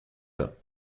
bains